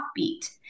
offbeat